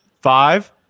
Five